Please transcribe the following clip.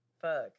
Fuck